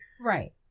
right